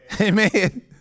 Amen